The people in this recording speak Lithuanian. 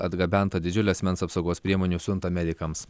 atgabentą didžiulę asmens apsaugos priemonių siuntą medikams